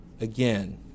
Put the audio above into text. again